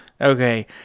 okay